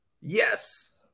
yes